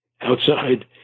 outside